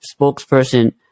spokesperson